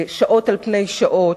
שעות על גבי שעות,